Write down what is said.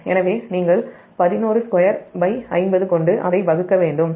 எனவே நீங்கள் 11250 கொண்டு அதை வகுக்க வேண்டும்